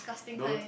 don't